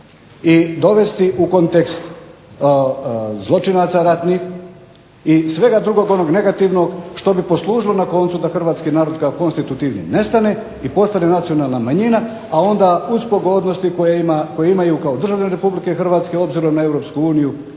i dovesti u kontekst zločinaca ratnih i svega drugog negativnog što bi poslužilo na koncu da Hrvatski narod kao konstitutivni nestane i postane nacionalna manjina, a onda uz pogodnosti koje imaju kao državljani RH obzirom na EU lijepo